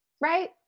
right